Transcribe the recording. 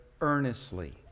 earnestly